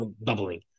bubbling